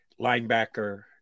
linebacker